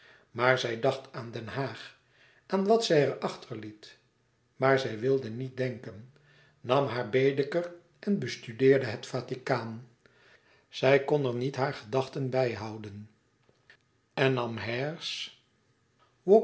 eenzaam zij dacht aan den haag aan wat zij er achterliet maar zij wilde niet denken nam haar baedeker en bestudeerde het vaticaan zij kon er niet hare gedachten bijhouden en